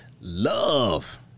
love